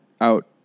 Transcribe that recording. out